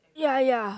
ya ya